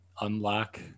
unlock